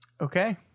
Okay